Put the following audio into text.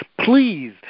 please